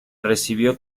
recibió